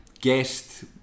guest